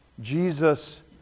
Jesus